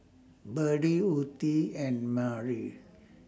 Berdie Ottie and Merry